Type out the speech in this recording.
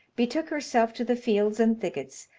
betook herself to the fields and thickets,